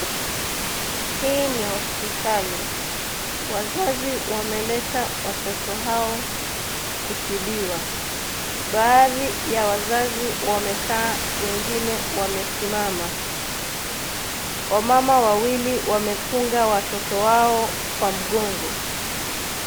Hii ni hospitali, wazazi wameleta watoto hao kutibiwa. Baadhi ya wazazi wamekaa wengine wamesimama. Wamama wawili wamefunga watoto wao kwa mgongo.